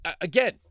again